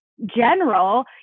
General